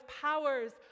powers